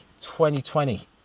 2020